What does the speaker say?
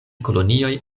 kolonioj